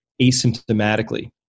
asymptomatically